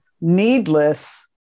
needless